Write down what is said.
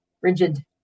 rigid